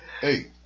hey